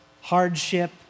hardship